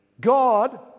God